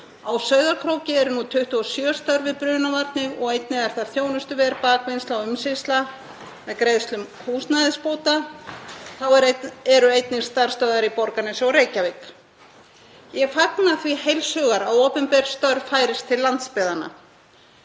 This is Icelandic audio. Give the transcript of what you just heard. Á Sauðárkróki eru nú 27 störf við brunavarnir og einnig er þar þjónustuver, bakvinnsla og umsýsla með greiðslum húsnæðisbóta. Þá eru einnig starfsstöðvar í Borgarnesi og Reykjavík. Ég fagna því heils hugar að opinber störf færist á landsbyggðina.